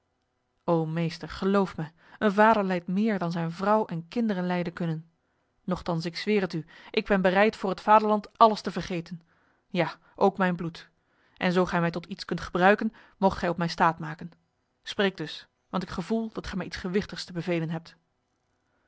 o meester geloof mij een vader lijdt meer dan zijn vrouw en kinderen lijden kunnen nochtans ik zweer het u ik ben bereid voor het vaderland alles te vergeten ja ook mijn bloed en zo gij mij tot iets kunt gebruiken moogt gij op mij staat maken spreek dus want ik gevoel dat gij mij iets gewichtigs te bevelen hebt